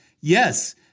yes